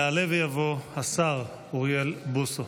יעלה ויבוא השר אוריאל בוסו.